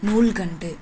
நூற்கண்டு